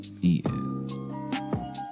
Eating